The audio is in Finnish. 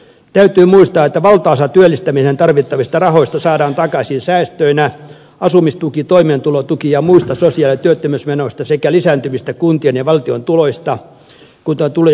täytyy muistaa että valtaosa työllistämiseen tarvittavista rahoista saadaan takaisin säästöinä asumistuki toimeentulotuki ja muista sosiaali ja työttömyysmenoista sekä lisääntyvistä kuntien ja valtion tuloista kuten tulo ja arvonlisäveroista